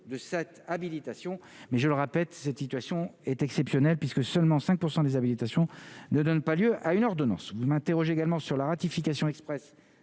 de cette habilitation mais je le rappelle, cette situation est exceptionnel puisque seulement 5 % des habitations ne donne pas lieu à une ordonnance, vous m'interrogez également sur la ratification Express